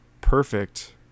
perfect